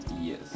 Yes